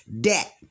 debt